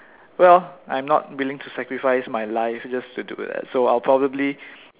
well I'm not willing to sacrifice my life just to do that so I'll probably